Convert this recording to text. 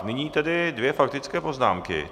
Nyní dvě faktické poznámky.